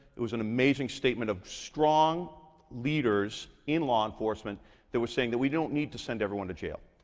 it was an amazing statement of strong leaders in law enforcement that were saying that we don't need to send everyone to jail.